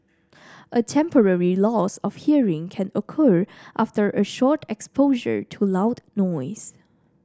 a temporary loss of hearing can occur after a short exposure to loud noise